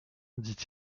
dit